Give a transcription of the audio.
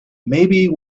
maybe